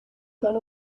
gone